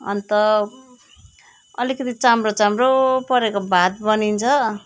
अन्त अलिकति चाम्रो चाम्रो परेको भात बनिन्छ